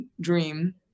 dream